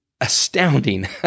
astounding